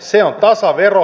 se on tasavero